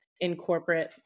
Incorporate